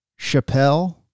Chappelle